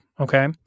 Okay